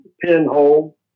pinhole